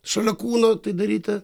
šalia kūno tai daryti